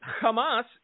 Hamas